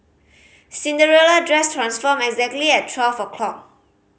Cinderella dress transformed exactly at twelve o'clock